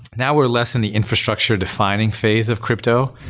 now we're less in the infrastructure defining phase of crypto.